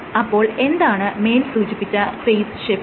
അപ്പോൾ എന്താണ് മേൽ സൂചിപ്പിച്ച ഫേസ് ഷിഫ്റ്റ്